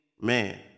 man